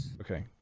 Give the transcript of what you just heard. Okay